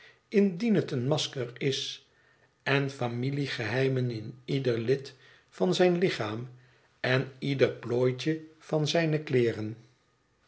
indien het een masker is en familiegeheimen in ieder lid van zijn lichaam en ieder plooitje van zijne kleeren